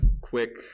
quick